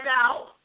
now